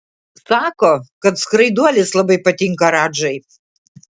sako kad skraiduolis labai patinka radžai